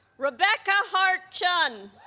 rebecca heart chun